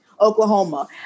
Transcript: Oklahoma